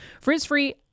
Frizz-free